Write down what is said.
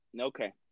Okay